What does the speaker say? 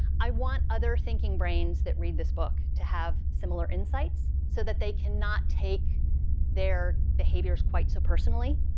i want other thinking brains that read this book to have similar insights so that they can not take their behaviors quite so personally.